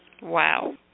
Wow